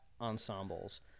ensembles